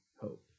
hope